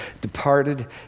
departed